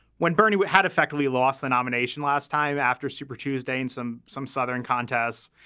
when bernie had effectively lost the nomination last time after super tuesday in some some southern contests,